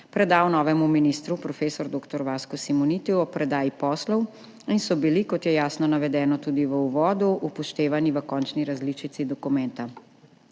predal novemu ministru prof. dr. Vasku Simonitiju ob predaji poslov in so bili, kot je jasno navedeno tudi v uvodu, upoštevani v končni različici dokumenta.